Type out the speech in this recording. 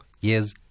years